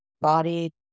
body